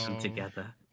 together